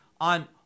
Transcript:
on